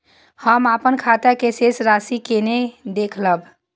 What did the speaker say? हम अपन खाता के शेष राशि केना देखब?